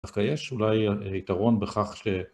דווקא יש, אולי, יתרון בכך ש...